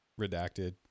redacted